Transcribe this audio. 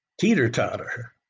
teeter-totter